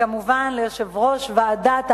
כמובן, ליושב-ראש ועדת העבודה,